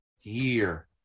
year